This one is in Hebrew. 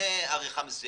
לפני עריכה.